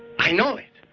i know it.